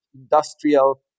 industrial